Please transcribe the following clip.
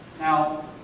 Now